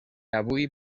avui